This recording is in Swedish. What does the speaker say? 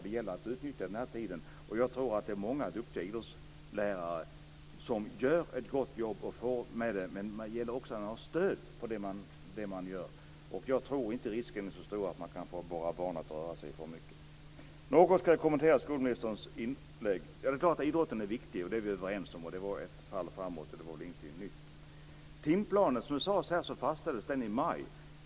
Det gäller att utnyttja den här tiden. Jag tror att det är många duktiga idrottslärare som gör ett gott jobb, men det gäller också att ha stöd i det man gör. Jag tror inte att risken är så stor att man får våra barn att röra sig för mycket. Något ska jag kommentera skolministerns inlägg. Det är klart att idrotten är viktig. Det är vi överens om. Det var ett fall framåt och ingenting nytt. Timplanen fastställdes i maj, som sades här.